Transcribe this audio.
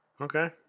Okay